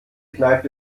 kneipe